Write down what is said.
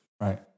Right